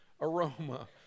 aroma